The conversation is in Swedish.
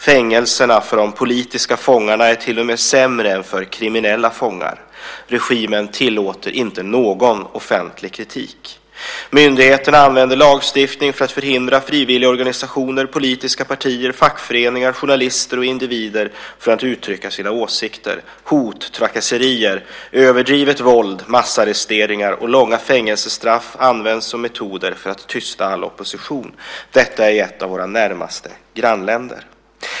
Fängelserna för de politiska fångarna är till och med sämre än för kriminella fångar. Regimen tillåter inte någon offentlig kritik. Myndigheterna använder lagstiftning för att förhindra frivilligorganisationer, politiska partier, fackföreningar, journalister och individer att uttrycka sina åsikter. Hot, trakasserier, överdrivet våld, massarresteringar och långa fängelsestraff används som metoder för att tysta all opposition - detta i ett av våra närmaste grannländer.